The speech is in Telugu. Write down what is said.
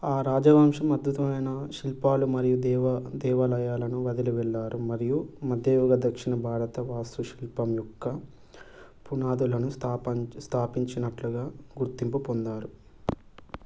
రాజవంశం అద్భుతమైన శిల్పాలు మరియు దేవ దేవాలయాలను వదిలి వెళ్ళారు మరియు మధ్యయుగ దక్షిణ భారత వాస్తుశిల్పం యొక్క పునాదులను స్తాపాంచ్ స్థాపించినట్లుగా గుర్తింపు పొందారు